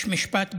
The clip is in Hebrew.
יש משפט באנגלית: